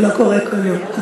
ולא קורא קריאות.